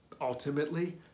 Ultimately